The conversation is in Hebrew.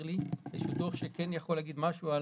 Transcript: לי איזה דוח שכן יכול להגיד משהו,